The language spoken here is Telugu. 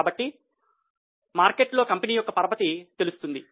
కాబట్టి మార్కెట్ లో కంపెనీ యొక్క పరపతి తెలుస్తుంది